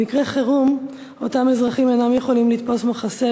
במקרה חירום אותם אזרחים אינם יכולים לתפוס מחסה